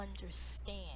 understand